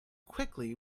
quickly